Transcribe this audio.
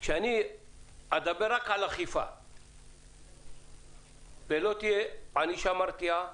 כשאני אדבר רק על אכיפה ולא תהיה ענישה מרתיעה,